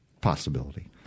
Possibility